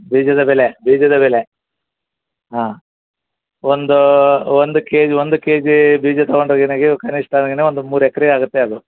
ಬೀಜದ ಬೆಲೆ ಬೀಜದ ಬೆಲೆ ಹಾಂ ಒಂದು ಒಂದು ಕೆ ಜ್ ಒಂದು ಕೆ ಜಿ ಬೀಜ ತೊಗೊಂಡ್ರೆ ನಿನಗೆ ಕನಿಷ್ಠ ಏನು ಒಂದು ಮೂರು ಎಕ್ರೆ ಆಗುತ್ತೆ ಅದು